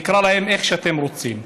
נקרא להם איך שאתם רוצים.